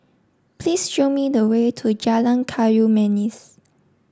please show me the way to Jalan Kayu Manis